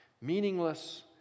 Meaningless